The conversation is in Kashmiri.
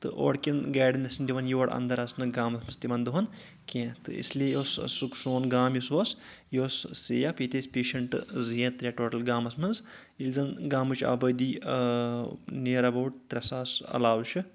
تہٕ اورٕ کؠن گاڑٮ۪ن ٲسۍ نہٕ دِوان یور انٛدَر اَژنہٕ گامَس منٛز تِمن دۄہَن کینٛہہ تہٕ اس لیے اوس سُہ سون گام یُس اوس یہِ اوس سَیف ییٚتہِ ٲسۍ پیشنٛٹہٕ زٕ ترٛےٚ ٹوٹَل گامَس منٛز ییٚلہِ زَن گامٕچ آبٲدی نِیَر اباوُٹ ترٛےٚ ساس علاوٕ چھِ